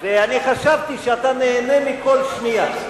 ואני חשבתי שאתה נהנה מכל שנייה.